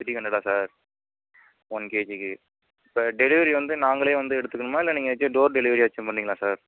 three ஹண்ட்ரட்டா sir one கேஜிக்கு sir delivery வந்து நாங்களே வந்து எடுத்துக்கணுமா இல்லை நீங்கள் ஏதாச்சு டோர் டெலிவெரி ஏதாச்சும் பண்ணுவீங்ளா சார்